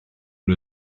nhw